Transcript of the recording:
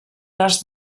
les